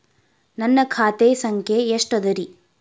ನನ್ನ ಖಾತೆ ಸಂಖ್ಯೆ ಎಷ್ಟ ಅದರಿ?